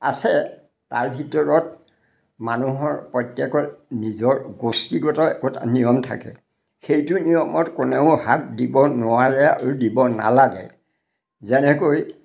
আছে তাৰ ভিতৰত মানুহৰ প্ৰত্যেকত নিজৰ গোষ্ঠীগত একোটা নিয়ম থাকে সেইটো নিয়মত কোনেও হাত দিব নোৱাৰে আৰু দিব নালাগে যেনেকৈ